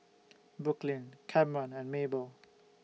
Brooklynn Camron and Maybell